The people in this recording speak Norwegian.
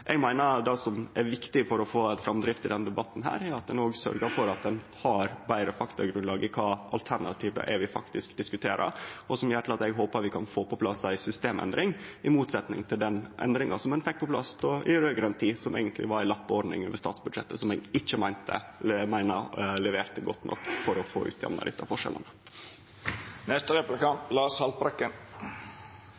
Eg meiner at det som er viktig for å få framdrift i denne debatten, er at ein òg sørgjer for at ein har eit betre faktagrunnlag om kva alternativ vi faktisk diskuterer, og som gjer at eg håpar vi kan få på plass ei systemendring, i motsetnad til den endringa som ein fekk på plass i raud-grøn tid, som eigentleg var ei lappeordning over statsbudsjettet som eg meiner ikkje leverte godt nok for å få jamna ut desse